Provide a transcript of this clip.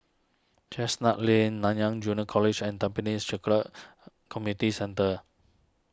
Chestnut Lane Nanyang Junior College and Tampines comity Centre